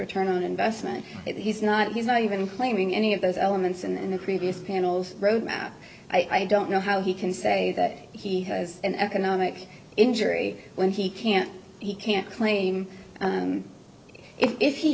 return on investment that he's not he's not even claiming any of those elements in the previous panels roadmap i don't know how he can say that he has an economic injury when he can't he can't claim if he